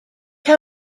how